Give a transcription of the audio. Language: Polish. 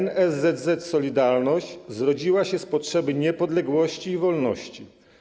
NSZZ 'Solidarność' zrodziła się z potrzeby niepodległości i wolności.